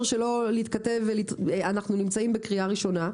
שלא להתכתב ואנחנו נמצאים בקריאה ראשונה,